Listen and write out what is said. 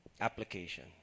application